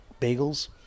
bagels